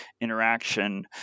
interaction